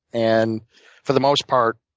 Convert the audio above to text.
and for the most part,